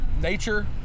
nature